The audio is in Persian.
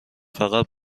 فقط